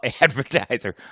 advertiser